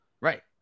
right